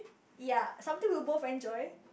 ya something we'll both enjoy